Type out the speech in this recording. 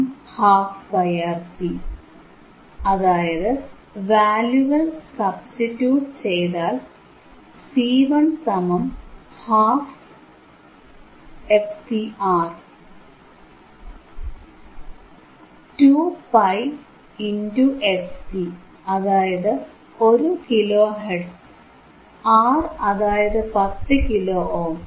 F1 2πRC അതായത് വാല്യൂകൾ substitute ചെയ്താൽ C112πfcR 2π x fc അതായത് 1 കിലോ ഹെർട്സ് R അതായത് 10 കിലോ ഓം